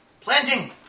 Planting